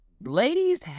Ladies